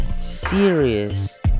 serious